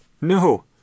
No